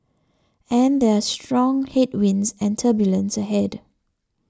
and there are strong headwinds and turbulence ahead